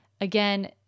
again